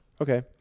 Okay